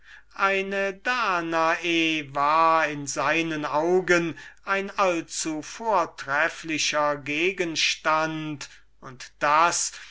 eine danae war in seinen augen ein so vortrefflicher gegenstand und das